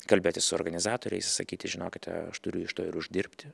kalbėtis su organizatoriais išsakyti žinokite aš turiu iš to ir uždirbti